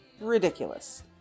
Ridiculous